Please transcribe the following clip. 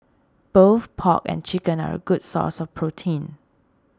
both pork and chicken are a good source of protein